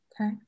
Okay